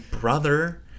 brother